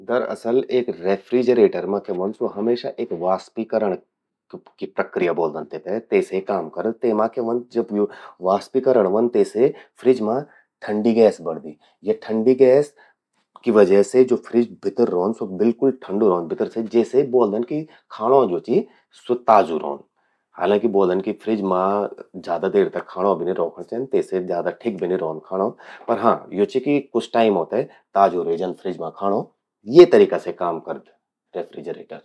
दरअसल, एक रेफ्रिजरेटर मां क्या ह्वंद स्वो हमेशा वाष्पीकरण की प्रक्रिया ब्वोलदन तेते, तेसे काम करद। तेमा क्या ह्व्द जब यो वाष्पीकरण व्हंद तेसे फ्रिज मां ठंडी गैस बणदि। या ठंडी गैस की वजह से ज्वो फ्रिज भितर रौंद स्वो बिल्कुल ठंडू रौद भितर से जेसे ब्वोल्दन कि खाणों ज्वो चि स्वो ताजु रौंद। हालांकि, ब्वोल्दन कि फ्रिज मां ज्यादा देर तक खाणों भी रौखण चेंद तेसे ज्यादा ठिक भी नी रौंद खाणों। पर हां कुछ टाइमो ते ताजु रे जंद फ्रिज मां खांणों। ये तरीका से काम करद रेफ्रिजरेटर।